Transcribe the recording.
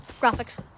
Graphics